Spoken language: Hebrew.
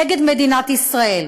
נגד מדינת ישראל.